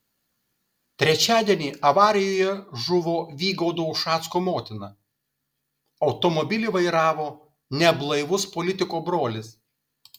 trečiadienį avarijoje žuvo vygaudo ušacko motina automobilį vairavo neblaivus politiko brolis